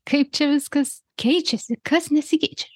kaip čia viskas keičiasi kas nesikeičia